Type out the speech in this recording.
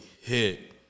hit